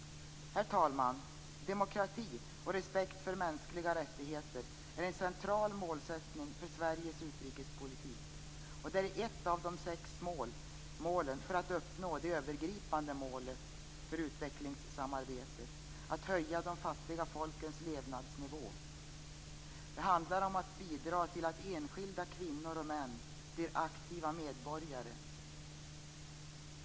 Herr talman! Demokrati och respekt för mänskliga rättigheter är en central målsättning för Sveriges utrikespolitik, och det är ett av sex mål för att uppnå det övergripande målet för utvecklingssamarbetet: att höja de fattiga folkens levnadsnivå. Det handlar om att bidra till att enskilda kvinnor och män blir aktiva medborgare.